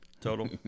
Total